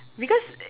because